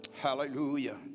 hallelujah